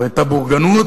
והיתה בורגנות,